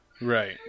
Right